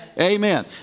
Amen